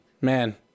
man